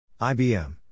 IBM